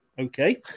Okay